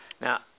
Now